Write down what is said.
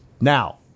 Now